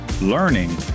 learning